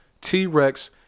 T-Rex